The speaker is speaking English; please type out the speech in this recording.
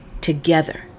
Together